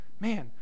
Man